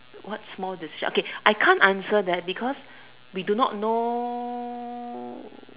what's more decision okay I can't answer that because we do not know